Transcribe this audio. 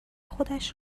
خودش